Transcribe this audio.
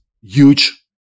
huge